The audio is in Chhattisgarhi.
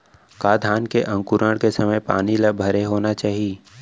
का धान के अंकुरण के समय पानी ल भरे होना चाही?